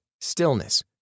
stillness